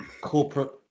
corporate